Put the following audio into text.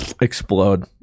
explode